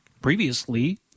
Previously